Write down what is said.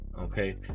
okay